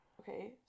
Okay